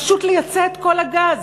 פשוט לייצא את כל הגז,